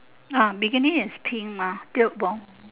ah bikini is pink mah